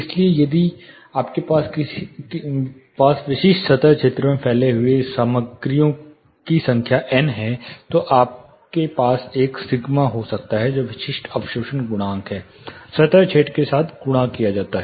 इसलिए यदि आपके पास विशिष्ट सतह क्षेत्रों में फैले हुए सामग्रियों की संख्या एन है तो आपके पास एक सिग्मा हो सकता है जो विशिष्ट अवशोषण गुणांक है सतह क्षेत्र के साथ गुणा किया जाता है